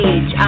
Age